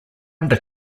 under